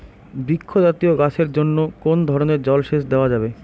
বৃক্ষ জাতীয় গাছের জন্য কোন ধরণের জল সেচ দেওয়া যাবে?